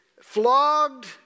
flogged